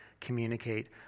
communicate